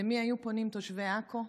למי היו פונים תושבי עכו?